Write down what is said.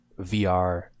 VR